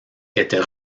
était